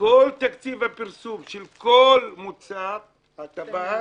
כל תקציב הפרסום של כל מוצרי הטבק